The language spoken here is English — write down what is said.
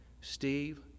Steve